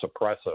suppressive